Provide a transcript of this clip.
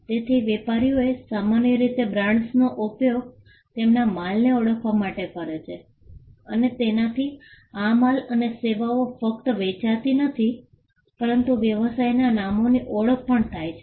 તેથી વેપારીઓ સામાન્ય રીતે બ્રાન્ડ્સનો ઉપયોગ તેમના માલને ઓળખવા માટે કરે છે અને તેનાથી આ માલ અને સેવાઓ ફક્ત વેચાતી નથી પરંતુ વ્યવસાયના નામોની ઓળખ પણ થાય છે